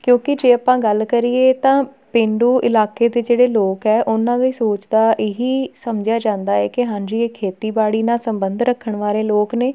ਕਿਉਂਕਿ ਜੇ ਆਪਾਂ ਗੱਲ ਕਰੀਏ ਤਾਂ ਪੇਂਡੂ ਇਲਾਕੇ ਦੇ ਜਿਹੜੇ ਲੋਕ ਹੈ ਉਹਨਾਂ ਦੀ ਸੋਚ ਦਾ ਇਹੀ ਸਮਝਿਆ ਜਾਂਦਾ ਹੈ ਕਿ ਹਾਂਜੀ ਇਹ ਖੇਤੀਬਾੜੀ ਨਾਲ ਸੰਬੰਧ ਰੱਖਣ ਵਾਲੇ ਲੋਕ ਨੇ